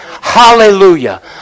Hallelujah